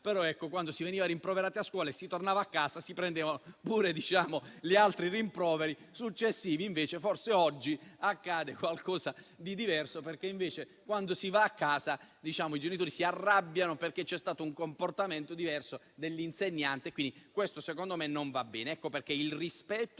tempo, quando si veniva rimproverati a scuola e si tornava a casa, si prendevano gli altri rimproveri successivi, mentre oggi accade forse qualcosa di diverso, perché quando si torna a casa i genitori si arrabbiano perché c'è stato un comportamento diverso dell'insegnante. Questo, secondo me, non va bene. Il rispetto